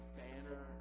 banner